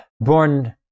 born